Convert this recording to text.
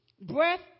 Breath